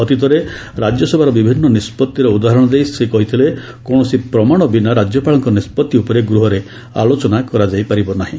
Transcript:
ଅତୀତରେ ରାଜ୍ୟସଭାର ବିଭିନ୍ନ ନିଷ୍ପଭିର ଉଦାହରଣ ଦେଇ ସେ କହିଥିଲେ କୌଣସି ପ୍ରମାଣ ବିନା ରାଜ୍ୟପାଳଙ୍କ ନିଷ୍ପତ୍ତି ଉପରେ ଗୃହରେ ଆଲୋଚନା ହୋଇପାରିବ ନାହିଁ